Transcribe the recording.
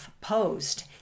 post